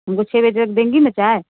छः बजे तक देंगी न चाय